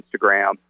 Instagram